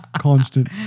Constant